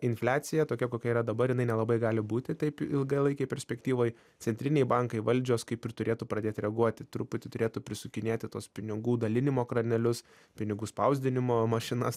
infliacija tokia kokia yra dabar jinai nelabai gali būti taip ilgalaikėj perspektyvoj centriniai bankai valdžios kaip ir turėtų pradėt reaguoti truputį turėtų prisukinėti tuos pinigų dalinimo kranelius pinigų spausdinimo mašinas